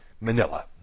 Manila